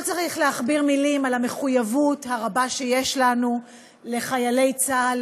לא צריך להכביר מילים על המחויבות הרבה שיש לנו לחיילי צה"ל,